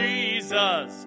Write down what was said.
Jesus